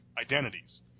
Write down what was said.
identities